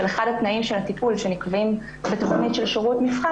של אחד התנאים של הטיפול שנקבעים בתכנית של שירות מבחן,